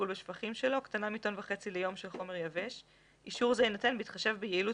בוצה טרם פינויה מהמפעל.